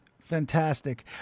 fantastic